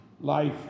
Life